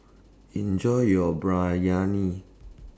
Enjoy your Biryani